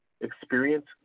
experience